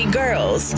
girls